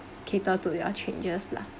cater to your changes lah